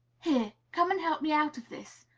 here! come and help me out of this!